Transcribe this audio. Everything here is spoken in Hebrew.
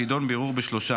שידון בערעור בשלושה.